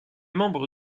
membre